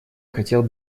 хотел